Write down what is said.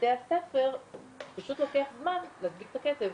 לבתי הספר פשוט לוקח זמן להדביק את הקצב.